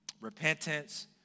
repentance